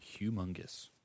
humongous